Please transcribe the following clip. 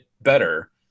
better